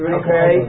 okay